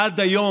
עד היום,